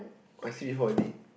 I see before already